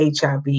HIV